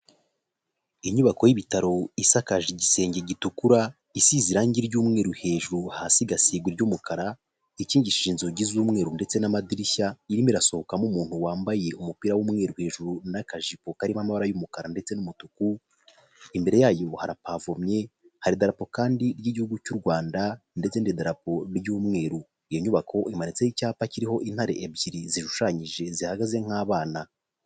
Inyubako y'ibitaro isakaje igisenge g'itukura isize irangi ry'umweru hejuru, hasi igasiga iry'umukara ikingishije inzugi z'umweru ndetse n'amadirishya, irimo irasohokamo umuntu wambaye umupira w'umweru hejuru n'akajipo karimo amabara y'umukara ndetse n'umutuku ,imbere yayo harapavumye ,hari idarapo kandi ry'igihugu cy'u Rwanda ndetse idarapo ry'umweru. iyo nyubako imanitseho icyapa kiriho intare ebyiri zishushanyije zihagaze nk'abana.